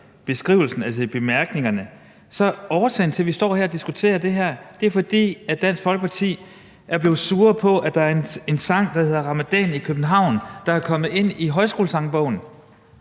beskrivelsen, altså i bemærkningerne, er årsagen til, at vi står og diskuterer det her, at Dansk Folkeparti er blevet sure over, at der er en sang, der hedder »Ramadan i København«, der er kommet ind i Højskolesangbogen,